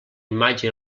imatge